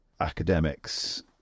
academics